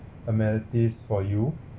amenities for you